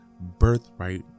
birthright